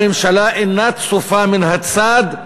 הממשלה אינה צופה מן הצד.